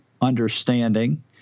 understanding